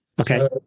Okay